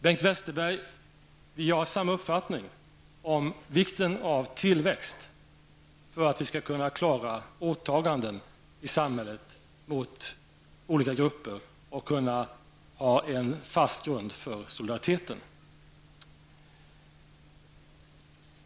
Bengt Westerberg, vi har samma uppfattning om vikten av tillväxt för att vi skall kunna klara åtaganden i samhället när det gäller olika grupper och för att kunna ha en fast grund för solidariteten.